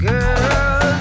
Girl